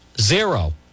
Zero